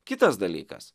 kitas dalykas